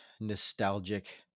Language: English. nostalgic